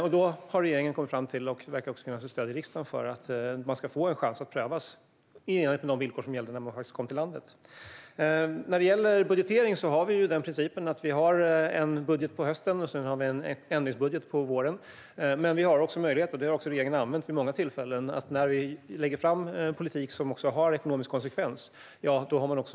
Regeringen har kommit fram till, och det verkar också finnas stöd i riksdagen för det, att man ska få en chans att prövas i enlighet med de villkor som gällde när man faktiskt kom till landet. När det gäller budgeteringen har vi principen att vi har en budget på hösten och en ändringsbudget på våren. Men vi har också möjlighet, och den har regeringen använt vid många tillfällen, att göra extra ändringsbudgetar när vi lägger fram politik som också har ekonomisk konsekvens.